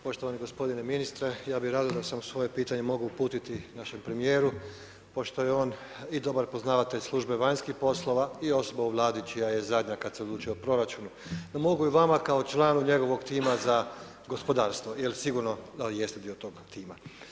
Poštovani gospodine ministre, ja bi rado da sam svoje pitanje mogao uputiti našem premijeru pošto je on i dobar poznavatelj službe vanjskih poslova i osoba u Vladi čija je zadnja kad se odlučuje o proračunu no mogu i vama kao članu njegovog tima za gospodarstvo jer sigurno jeste dio tog tima.